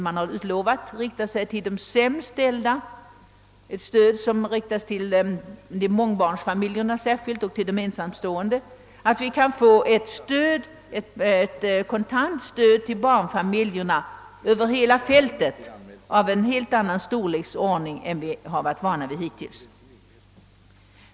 Men jag vill betona, att vi väntar fortsatta utredningar och ett kontantstöd till barnfamiljerna över hela fältet av en helt annan storleksordning än den vi varit vana vid hittills.